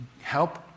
help